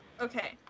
Okay